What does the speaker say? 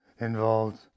involved